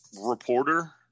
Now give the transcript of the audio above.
reporter